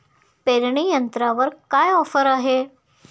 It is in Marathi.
पेरणी यंत्रावर काय ऑफर आहे?